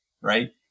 right